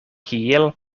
kiel